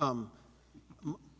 yes